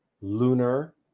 lunar